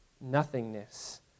Nothingness